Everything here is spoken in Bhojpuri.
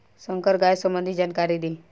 संकर गाय सबंधी जानकारी दी?